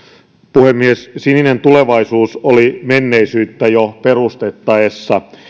puhemies sininen tulevaisuus oli menneisyyttä jo perustettaessa